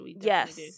yes